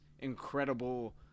incredible